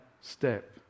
step